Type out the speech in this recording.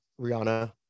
Rihanna